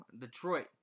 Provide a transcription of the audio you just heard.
Detroit